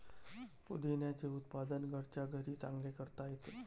पुदिन्याचे उत्पादन घरच्या घरीही चांगले करता येते